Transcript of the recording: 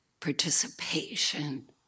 participation